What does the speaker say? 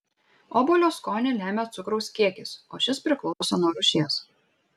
obuolio skonį lemia cukraus kiekis o šis priklauso nuo rūšies